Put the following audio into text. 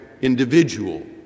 individual